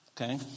Okay